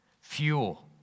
fuel